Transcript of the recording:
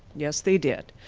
yes, they did.